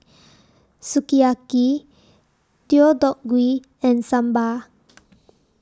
Sukiyaki Deodeok Gui and Sambar